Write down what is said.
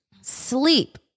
Sleep